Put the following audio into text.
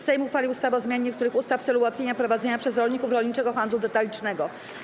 Sejm uchwalił ustawę o zmianie niektórych ustaw w celu ułatwienia prowadzenia przez rolników rolniczego handlu detalicznego.